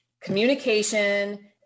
Communication